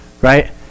right